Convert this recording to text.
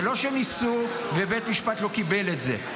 זה לא שניסו ובית משפט לא קיבל את זה.